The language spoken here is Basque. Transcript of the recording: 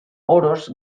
oroz